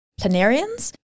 planarians